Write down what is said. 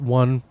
one